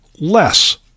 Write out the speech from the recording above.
less